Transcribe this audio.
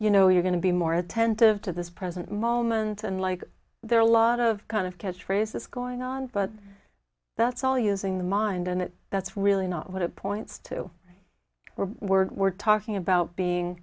you know you're going to be more attentive to this present moment and like there are a lot of kind of catch phrases going on but that's all using the mind and that's really not what it points to we're we're talking about being